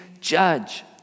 judge